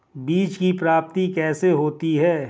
बीज की प्राप्ति कैसे होती है?